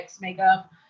makeup